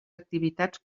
activitats